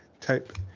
type